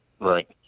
Right